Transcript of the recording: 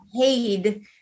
paid